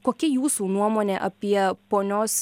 kokia jūsų nuomonė apie ponios